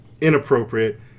inappropriate